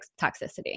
toxicity